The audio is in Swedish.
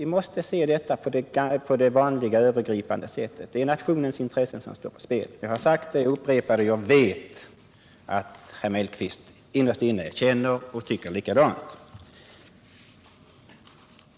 Vi måste se detta på det övergripande sättet. — Stockholmsregio Det är nationens intressen som står på spel — jag har sagt det förut och nen jag upprepar det. Jag tror att herr Mellqvist innerst inne känner och tycker likadant.